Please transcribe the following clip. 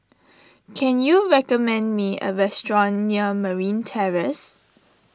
can you recommend me a restaurant near Marine Terrace